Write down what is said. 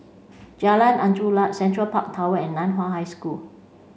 Jalan Angin Laut Central Park Tower and Nan Hua High School